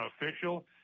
official